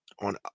on